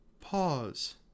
Pause